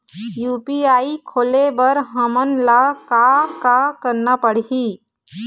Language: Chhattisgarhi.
यू.पी.आई खोले बर हमन ला का का करना पड़ही?